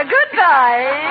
Goodbye